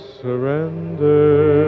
surrender